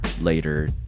later